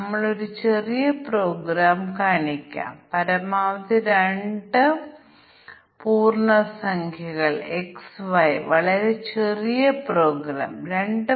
ഞങ്ങൾ അസാധുവായവ പരിഗണിക്കുകയാണെങ്കിൽ ഞങ്ങൾ 101 ഉം 0 ഉം പരിഗണിക്കേണ്ടതുണ്ട് അങ്ങനെ അത് 7 ആക്കും